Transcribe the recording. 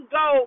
go